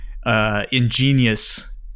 Ingenious